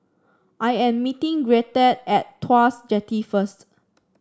I am meeting Gretta at Tuas Jetty first